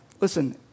listen